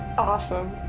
Awesome